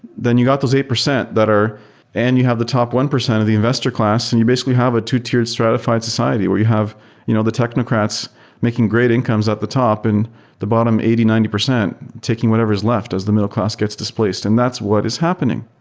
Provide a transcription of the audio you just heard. then you got those eight percent that are and you have the top one percent of the investor class and you basically have a two-tiered stratified society where you have you know the technocrats making great incomes at the top, and the bottom eighty percent, ninety percent, taking whatever is left as the middleclass gets displaced. and that's what is happening.